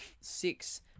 six